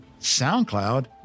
SoundCloud